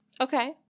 Okay